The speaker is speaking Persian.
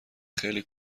خیلی